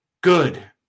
good